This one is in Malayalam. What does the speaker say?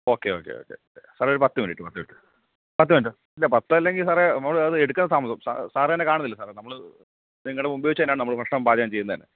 ഓക്കെ ഓക്കെ ഓക്കെ സാറേ ഒരു പത്തു മിനിറ്റ് പത്തുമിനിറ്റ് പത്ത് മിനിറ്റ് ഇല്ല പത്തല്ലെങ്കിൽ സാറേ നമ്മളത് എടുക്കാൻ താമസം സാറ് തന്നെ കാണുന്നില്ലേ സാറേ നമ്മള് നിങ്ങളുടെ മുൻപിൽ വെച്ച് തന്നെ ആണ് നമ്മൾ ഭക്ഷണം പാചകം ചെയ്യുന്നത് തന്നെ